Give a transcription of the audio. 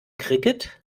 cricket